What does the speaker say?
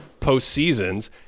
postseasons